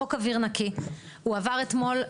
חוק אוויר נקי הועבר אתמול,